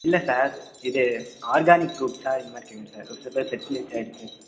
இல்லை சார் இது ஆர்கானிக் ஃப்ரூட்ஸ்ஸாக இது மாதிரி கேட்குறேன் சார் ஒரு சில பேர் செட்லு வச்சி அடிச்சு